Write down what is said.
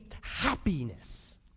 happiness